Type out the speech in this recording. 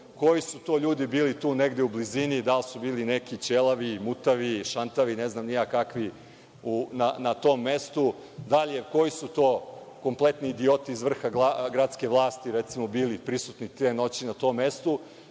koji su to ljudi bili u blizini, da li su bili neki ćelavi, mutavi, šantavi, ne znam ni ja kakvi na tom mestu. Dalje, koji su to kompletni idioti iz vrha gradske vlasti bili prisutni na tom mestu,